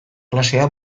klasea